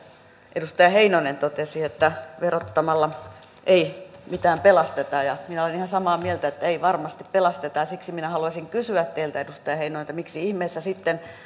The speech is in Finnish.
edustaja heinonen totesi että verottamalla ei mitään pelasteta ja minä olen ihan samaa mieltä että ei varmasti pelasteta ja siksi minä haluaisin kysyä teiltä edustaja heinonen miksi ihmeessä sitten